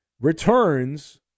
returns